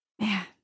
Man